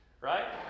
Right